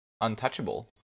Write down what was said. untouchable